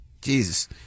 jesus